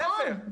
נכון.